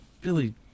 Billy